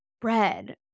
bread